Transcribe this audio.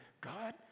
God